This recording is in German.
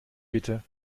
bitte